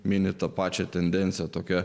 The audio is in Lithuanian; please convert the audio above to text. mini tą pačią tendencija tokia